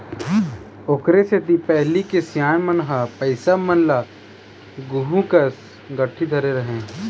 ओखरे सेती पहिली के सियान मन ह पइसा मन ल गुहूँ कस गठरी धरे रहय